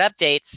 updates